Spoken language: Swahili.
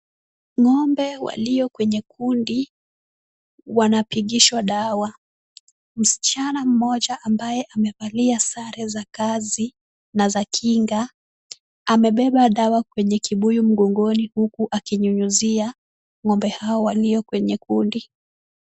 Ng'ombe walio kwenye kundi wanapigishwa dawa. Msichana mmoja ambaye amevalia sare za kazi na za kinga, amebeba dawa kwenye kibuyu mgongoni, huku akinyunyizia ng'ombe hao walio kwenye kundi.